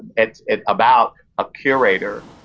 it's about a curator